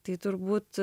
tai turbūt